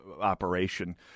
operation